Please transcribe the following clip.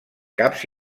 caps